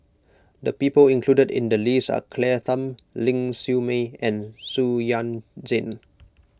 the people included in the list are Claire Tham Ling Siew May and Xu Yuan Zhen